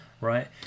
right